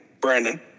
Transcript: Brandon